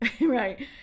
right